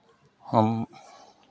हम